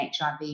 HIV